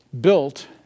built